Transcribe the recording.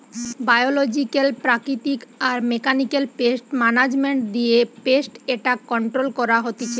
biological প্রাকৃতিক আর mechanical pest management দিয়ে পেস্ট এট্যাক কন্ট্রোল করা হতিছে